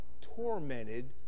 tormented